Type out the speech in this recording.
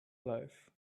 life